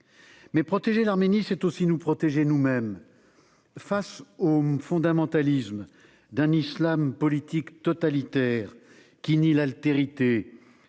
Mais protéger l'Arménie, c'est aussi nous protéger nous-mêmes face au fondamentalisme d'un islam politique totalitaire qui nie l'altérité,